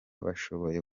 bashoboye